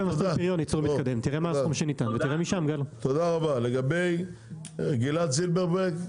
תודה רבה, גלעד זילברברג?